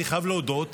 אני חייב להודות,